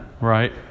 Right